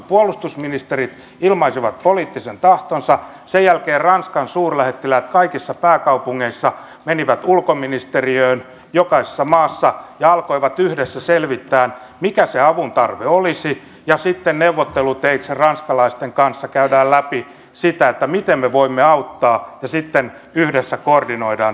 puolustusministerit ilmaisivat poliittisen tahtonsa sen jälkeen ranskan suurlähettiläät kaikissa pääkaupungeissa menivät ulkoministeriöön jokaisessa maassa ja alkoivat yhdessä selvittää mikä se avuntarve olisi ja sitten neuvotteluteitse ranskalaisten kanssa käydään läpi sitä miten me voimme auttaa ja sitten yhdessä koordinoidaan tämä päätös